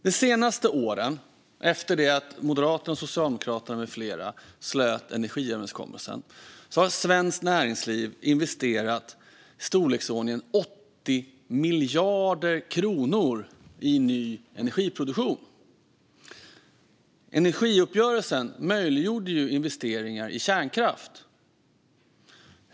De senaste åren, efter det att Moderaterna, Socialdemokraterna med flera slöt energiöverenskommelsen, har svenskt näringsliv investerat i storleksordningen 80 miljarder kronor i ny energiproduktion. Energiuppgörelsen möjliggjorde ju investeringar i kärnkraft.